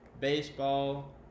baseball